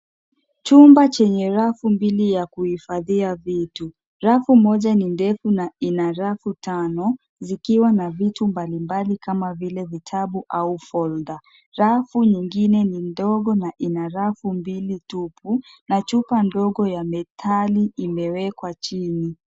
Chumba chenye rafu mbili ya kuhifadhia vitu. Rafu moja ni ndefu na ina rafu tano zikiwa na vitu mbalimbali kama vile vitabu au folder . Rafu nyingine ni ndogo na ina rafu mbili tupu na chupa ndogo ya metali imewekwa chini.